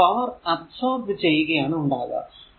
അത് power absorb ചെയ്യുകയാണ് ഉണ്ടാകുക